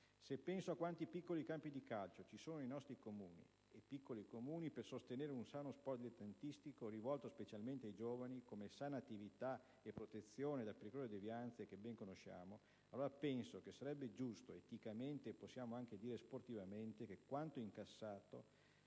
Se penso a quanti piccoli campi di calcio ci sono nei nostri piccoli Comuni per sostenere un sano sport dilettantistico rivolto specialmente ai giovani come sana attività e protezione da pericolose devianze che ben conosciamo, allora penso che sarebbe giusto eticamente, e possiamo dire anche sportivamente, che quanto incassato